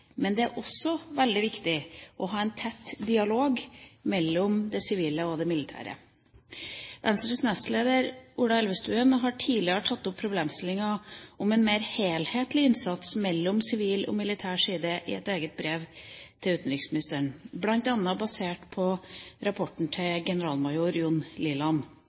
men det er også veldig viktig å ha en tett dialog mellom det sivile og det militære. Venstres nestleder, Ola Elvestuen, har tidligere tatt opp problemstillinga som går på en mer helhetlig innsats mellom sivil og militær side i et eget brev til utenriksministeren, bl.a. basert på rapporten til generalmajor Jon B. Liland.